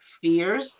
fears